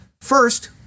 First